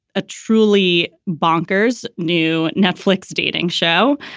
a truly bonkers new netflix dating show.